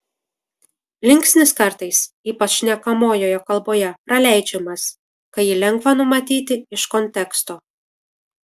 linksnis kartais ypač šnekamojoje kalboje praleidžiamas kai jį lengva numanyti iš konteksto